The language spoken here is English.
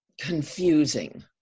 confusing